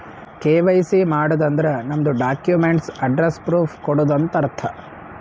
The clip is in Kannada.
ಕೆ.ವೈ.ಸಿ ಮಾಡದ್ ಅಂದುರ್ ನಮ್ದು ಡಾಕ್ಯುಮೆಂಟ್ಸ್ ಅಡ್ರೆಸ್ಸ್ ಪ್ರೂಫ್ ಕೊಡದು ಅಂತ್ ಅರ್ಥ